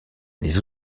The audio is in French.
les